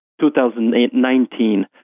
2019